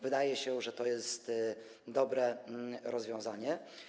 Wydaje się, że to jest dobre rozwiązanie.